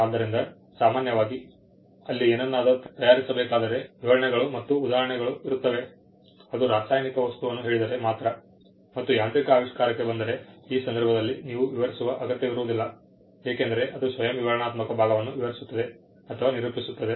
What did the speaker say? ಆದ್ದರಿಂದ ಸಾಮಾನ್ಯವಾಗಿ ಅಲ್ಲಿ ಏನನ್ನಾದರೂ ತಯಾರಿಸಬೇಕಾದರೆ ಅಲ್ಲಿ ವಿವರಣೆಗಳು ಮತ್ತು ಉದಾಹರಣೆಗಳು ಇರುತ್ತವೆ ಅದು ರಾಸಾಯನಿಕ ವಸ್ತುವನ್ನು ಹೇಳಿದರೆ ಮಾತ್ರ ಮತ್ತು ಯಾಂತ್ರಿಕ ಆವಿಷ್ಕಾರಕ್ಕೆ ಬಂದರೆ ಈ ಸಂದರ್ಭದಲ್ಲಿ ನೀವು ವಿವರಿಸುವ ಅಗತ್ಯವಿರುವುದಿಲ್ಲ ಏಕೆಂದರೆ ಅದು ಸ್ವಯಂ ವಿವರಣಾತ್ಮಕ ಭಾಗವನ್ನು ವಿವರಿಸುತ್ತದೆ ಅಥವಾ ನಿರೂಪಿಸುತ್ತದೆ